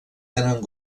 tenen